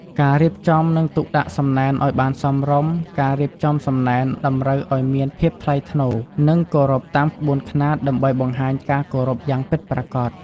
ការរៀបចំ និងទុកដាក់សំណែនឲ្យបានសមរម្យការរៀបចំសំណែនតម្រូវឲ្យមានភាពថ្លៃថ្នូរ និងគោរពតាមក្បួនខ្នាតដើម្បីបង្ហាញការគោរពយ៉ាងពិតប្រាកដ។